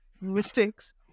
mistakes